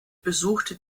besuchte